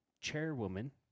chairwoman